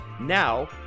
Now